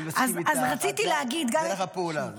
אני מסכים איתך על דרך הפעולה,